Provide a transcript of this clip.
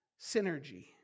synergy